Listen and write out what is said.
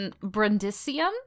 Brundisium